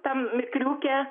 tam mikriuke